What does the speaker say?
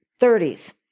30s